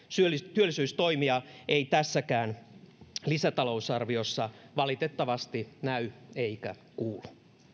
työllisyystoimia ei tässäkään lisätalousarviossa valitettavasti näy eikä kuulu